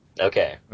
Okay